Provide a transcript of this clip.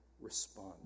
respond